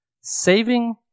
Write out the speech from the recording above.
saving